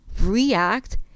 react